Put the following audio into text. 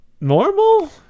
normal